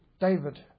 David